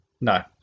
No